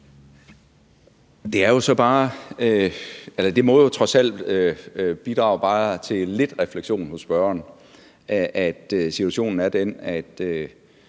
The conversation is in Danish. Det må jo trods alt bidrage til bare lidt refleksion hos spørgeren, at situationen er den, at